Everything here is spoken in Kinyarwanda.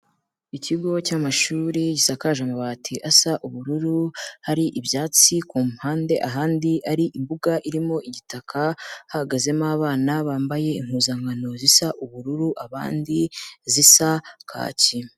Ikigo cy'amashuri gisakaje amabati asa ubururu, hari ibyatsi ku mpande ahandi ari imbuga irimo igitaka, hahagazemo abana bambaye impuzankano zisa ubururu abandi zisa kaki.